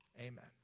Amen